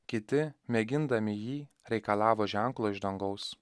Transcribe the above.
kiti mėgindami jį reikalavo ženklo iš dangaus